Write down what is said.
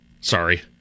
Sorry